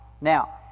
Now